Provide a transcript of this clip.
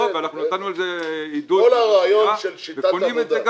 על סדר